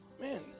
Man